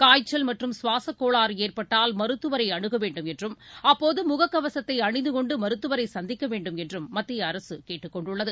காய்ச்சல் மற்றும் சுவாசக் கோளாறு ஏற்பட்டால் மருத்துவரை அனுக வேண்டும் என்றும் அப்போது முகக்கவசத்தை அணிந்து கொண்டு மருத்துவரை சந்திக்க வேண்டுமென்றும் மத்திய அரசு கேட்டுக் கொண்டுள்ளது